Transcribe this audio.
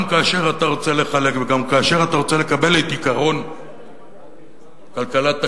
גם כאשר אתה רוצה לחלק וגם כאשר אתה רוצה לקבל את עקרון כלכלת השוק,